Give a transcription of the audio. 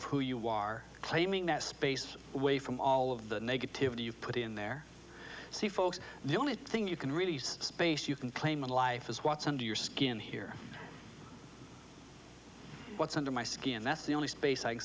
of who you are claiming that space way from all of the negativity you put in there see folks the only thing you can really use space you can claim in life is what's under your skin here what's under my skin that's the only space i